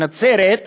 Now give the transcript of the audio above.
לנצרת,